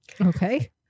okay